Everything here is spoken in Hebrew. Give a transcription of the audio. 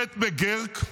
ברט מקגורק,